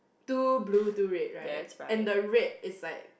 two blue two red right and the red is like